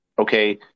Okay